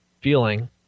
feeling